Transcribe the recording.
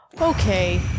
Okay